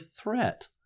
threat